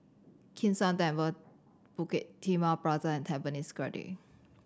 Kim San Temple Bukit Timah Plaza and Tampines Grande